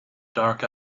dark